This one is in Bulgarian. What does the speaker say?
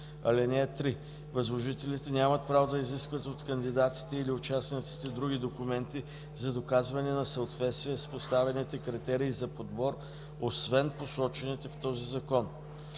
позиция. (3) Възложителите нямат право да изискват от кандидатите или участниците други документи за доказване на съответствие с поставените критерии за подбор, освен посочените в този закон.